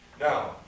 Now